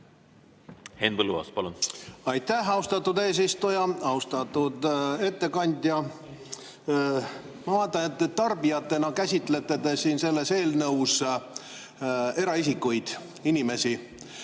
Aitäh, austatud eesistuja! Austatud ettekandja! Ma vaatan, et tarbijatena käsitlete te siin selles eelnõus eraisikuid, inimesi.